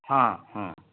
हां हां